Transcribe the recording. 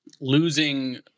losing